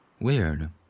weird